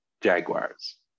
jaguars